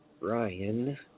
Ryan